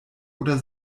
oder